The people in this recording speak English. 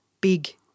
big